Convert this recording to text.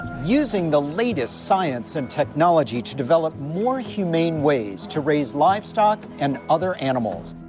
using the latest science and technology to develop more humane ways to raise livestock and other animals.